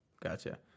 Gotcha